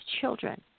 children